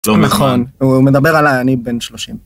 נכון, הוא מדבר עליי, אני בן שלושים.